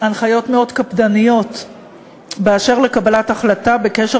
הנחיות מאוד קפדניות באשר לקבלת החלטה בקשר